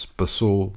passou